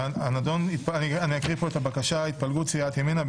אני אקריא את הבקשה להתפלגות סיעת ימינה: